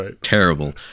terrible